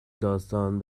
داستان